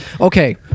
Okay